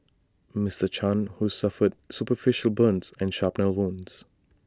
Mister chan who suffered superficial burns and shrapnel wounds